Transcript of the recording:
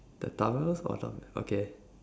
the tunnels or down okay